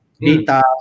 data